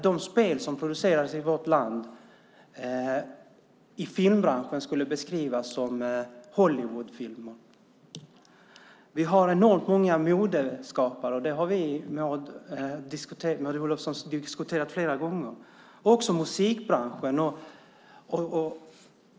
De spel som produceras i vårt land skulle i filmbranschen beskrivas som Hollywoodfilmer. Vi har enormt många modeskapare. Det har vi diskuterat flera gånger, Maud Olofsson. Detta gäller också musikbranschen.